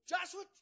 Joshua